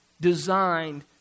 designed